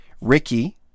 Ricky